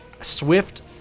Swift